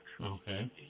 Okay